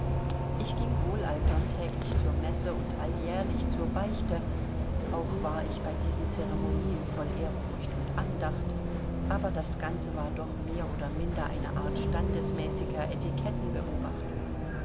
ich ging wohl allsonntäglich zur messe und alljährlich zur beichte auch war ich bei diesen ceremonien voll ehrfurcht und andacht aber das ganze war doch mehr oder minder eine art standesmäßiger